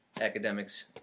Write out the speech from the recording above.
academics